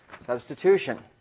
Substitution